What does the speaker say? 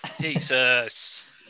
Jesus